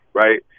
right